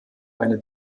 eine